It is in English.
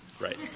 Right